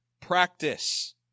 practice